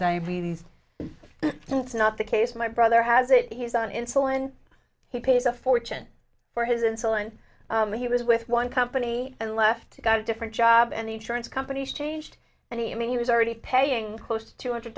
diabetes so it's not the case my brother has it he's on insulin he pays a fortune for his insulin and he was with one company and left got a different job any chance companies changed and he i mean he was already paying close to two hundred